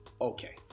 Okay